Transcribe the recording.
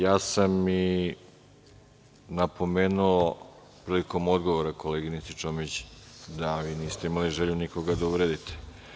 Napomenuo sam prilikom odgovora koleginici Čomić da vi niste imali želju nikoga da uvredite.